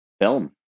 film